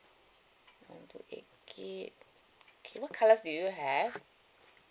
one two eight gig okay what colours do you have